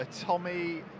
Tommy